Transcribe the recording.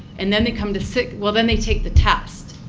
and then they come to sixth well then they take the test,